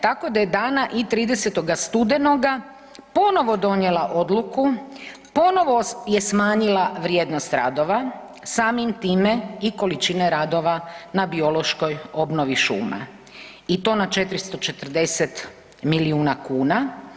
Tako da je dana i 30. studenoga ponovo donijela odluku, ponovo je smanjila vrijednost radova samim time i količine radova na biološkoj obnovi šuma i to na 440 milijuna kuna.